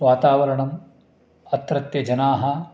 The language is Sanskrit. वातावरणम् अत्रत्यजनाः